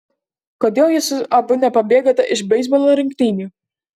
kodėl jūs abu nepabėgate iš beisbolo rungtynių